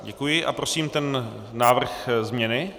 Děkuji a prosím ten návrh změny?